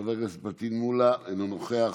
חבר הכנסת פטין מולא, אינו נוכח,